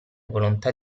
volontà